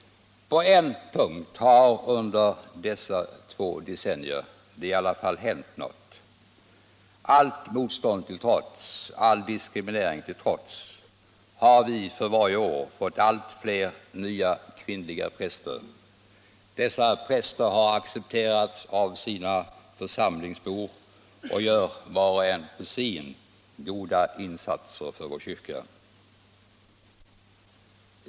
På en punkt har det under dessa decennier hänt något. Allt motstånd och all diskriminering till trots har vi för varje år fått allt fler nya kvinnliga präster. Dessa präster har accepterats av sina församlingsbor, och de gör var och en på sin plats goda insatser för vår kyrka.